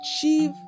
achieve